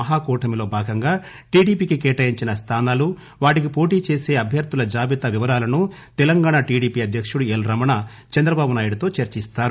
మహాకూటమిలో భాగంగా టిడిపికి కేటాయించిన స్థానాలు వాటికి పోటీ చేసే అభ్యర్థుల జాబితా వివరాలను తెలంగాణ టిడిపి అధ్యకుడు ఎల్ రమణ చంద్రబాబునాయుడుతో చర్చిస్తారు